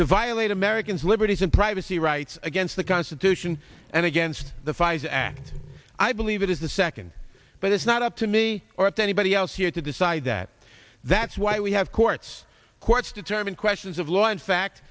to violate americans liberties and privacy rights against the constitution and against the five act i believe it is the second but it's not up to me or at the but the house here to decide that that's why we have courts courts determine questions of law and fact